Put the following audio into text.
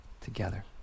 together